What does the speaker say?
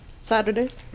saturdays